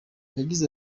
yagize